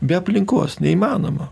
be aplinkos neįmanoma